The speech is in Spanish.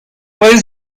pueden